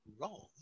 Wrong